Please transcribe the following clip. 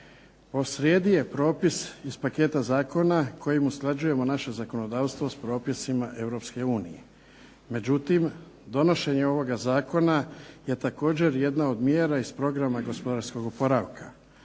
Posrijedi je propis iz paketa zakona kojim usklađujemo naše zakonodavstvo s propisima Europske unije, međutim donošenjem ovoga zakona je također jedna od mjera iz programa gospodarskog oporavka.